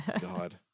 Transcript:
god